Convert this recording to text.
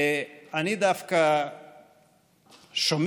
ואני דווקא שומע,